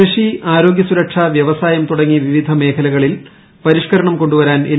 കൃഷി ആരോഗ്യ സുരക്ഷ വ്യവസായം തുടങ്ങി വിവിധ മേഖലകളിൽ പരിഷ്കരണം കൊണ്ടുവരാൻ എൻ